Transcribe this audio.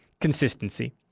Consistency